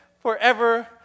forever